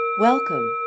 Welcome